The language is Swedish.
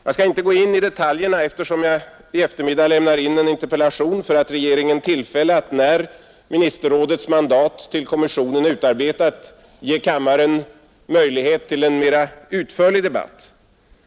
Jag skall inte gå in i detalj på detta, eftersom jag i eftermiddag lämnar in en interpellation för att när ministerrådets mandat till kommissionen utarbetats möjliggöra en mera utförlig debatt.